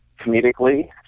comedically